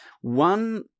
One